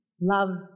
Love